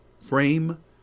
frame